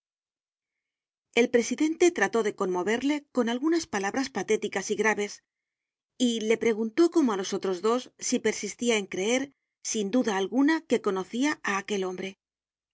el presidente trató de conmoverle con algunas palahras patéticas y graves y le preguntó como á los otros dos si persistia en creer sin duda alguna que conocia á aquel hombre